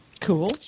Cool